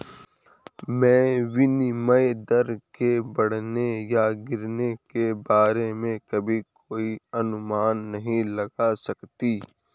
मैं विनिमय दर के बढ़ने या गिरने के बारे में अभी कोई अनुमान नहीं लगा सकती